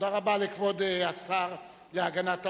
תודה רבה לכבוד השר להגנת העורף.